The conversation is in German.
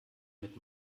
mit